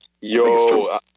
Yo